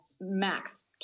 max